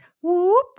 whoop